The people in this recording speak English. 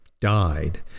died